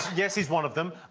yes is one of them.